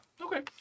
Okay